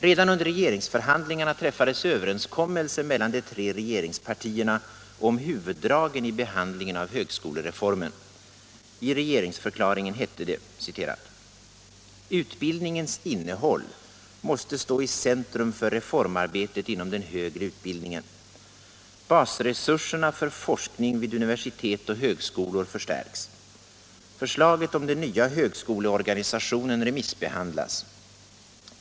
Redan under regeringsförhandlingarna träffades överenskommelse mellan de tre regeringspartierna om huvuddragen i behandlingen av högskolereformen. I regeringsförklaringen hette det: ”Utbildningens innehåll måste stå i centrum för reformarbetet inom den högre utbildningen. Basresurserna för forskning vid universitet och högskolor förstärks. Förslaget om den nya högskoleorganisationen remissbehandlas.